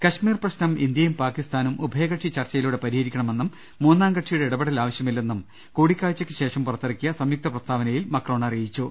കശ്മീർ പ്രശ്നം ഇന്ത്യയും പാക്കിസ്ഥാനും ഉഭയകക്ഷി ചർച്ചയി ലൂടെ പരിഹരിക്കണമെന്നും മൂന്നാംകക്ഷിയുടെ ഇടപെടൽ ആവശ്യമില്ലെന്നും കൂടിക്കാഴ്ചക്ക് ശേഷം പുറത്തിറക്കിയ സംയുക്ത പ്രസ്താവനയിൽ മക്രോൺ അറിയിച്ചു